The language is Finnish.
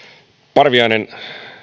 parviainen